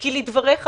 כי לדבריך,